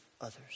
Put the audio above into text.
others